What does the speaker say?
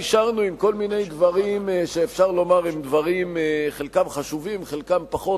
נשארנו עם כל מיני דברים שאפשר לומר שחלקם דברים חשובים וחלקם פחות,